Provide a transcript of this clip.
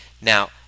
Now